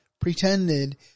pretended